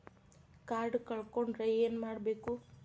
Card ಕಳ್ಕೊಂಡ್ರ ಏನ್ ಮಾಡಬೇಕು?